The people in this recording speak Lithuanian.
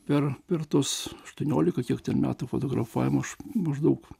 per per tuos aštuoniolika metų fotografavimo aš maždaug